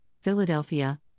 Philadelphia